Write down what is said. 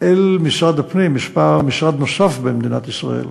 אל משרד הפנים, משרד נוסף במדינת ישראל,